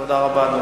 תודה רבה.